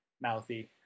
mouthy